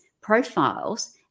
profiles